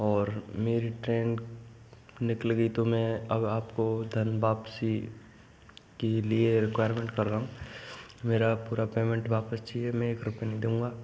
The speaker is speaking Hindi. और मेरी ट्रेन निकल गई तो मैं अब आपको धन वापसी के लिए रिक्वायरमेंट कर रहा हूँ मेरा पूरा पेमेंट वापस चाहिए मैं एक रुपए नहीं दूँगा